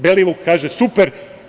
Belivuk kaže: „Super.